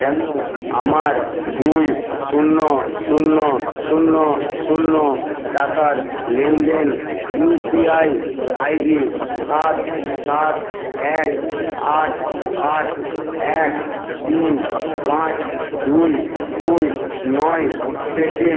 কেন আমার দুই শূন্য শূন্য শূন্য শূন্য টাকার লেনদেন ইউপিআই আইডি সাত সাত এক আট আট এক তিন পাঁচ দুই দুই নয় পে টি